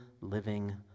living